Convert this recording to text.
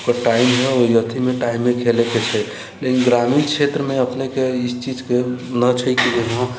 ओकर टाइम है ओहि अथिमे टाइममे खेलैके छै लेकिन ग्रामीण क्षेत्रमे अपनेके ई चीजके न छै कि यहाँ